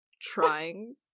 trying